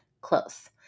Close